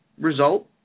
result